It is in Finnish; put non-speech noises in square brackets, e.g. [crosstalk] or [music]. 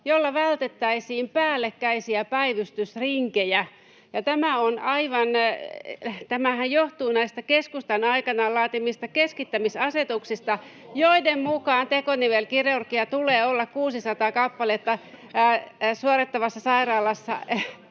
jolla vältettäisiin päällekkäisiä päivystysrinkejä. Tämähän johtuu näistä keskustan aikanaan laatimista keskittämisasetuksista, [noise] joiden mukaan tekonivelkirurgian tulee olla 600 kappaletta suorittavassa sairaalassa,